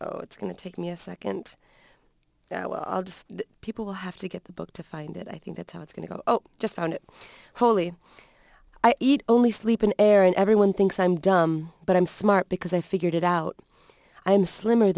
that it's going to take me a second people have to get the book to find it i think that's how it's going to go just found it wholly i eat only sleep in air and everyone thinks i'm dumb but i'm smart because i figured it out i am slimmer